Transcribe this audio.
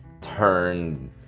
turn